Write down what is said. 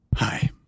Hi